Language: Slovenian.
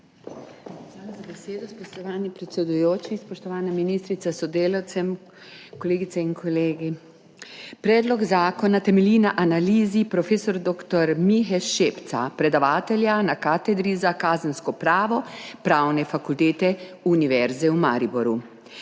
Hvala za besedo, spoštovani predsedujoči. Spoštovana ministrica s sodelavcem, kolegice in kolegi! Predlog zakona temelji na analizi prof. dr. Mihe Šepca, predavatelja na katedri za kazensko pravo Pravne fakultete Univerze v Mariboru.